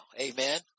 Amen